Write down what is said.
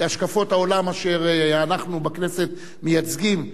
והשקפות העולם אשר אנחנו בכנסת מייצגים,